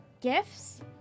gifts